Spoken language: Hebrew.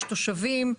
יש תושבים,